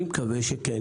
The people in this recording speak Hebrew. אני מקווה שגם